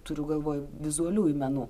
turiu galvoj vizualiųjų menų